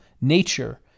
nature